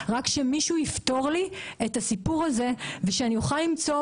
רק שמישהו יפתור לי את הסיפור הזה ושאני אוכל למצוא